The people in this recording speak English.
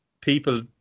people